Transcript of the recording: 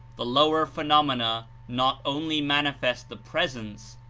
the lower phenomena not only manifest the presence,